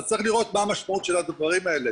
אז צריך לראות מה המשמעות של הדברים האלה.